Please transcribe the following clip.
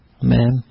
Amen